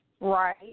Right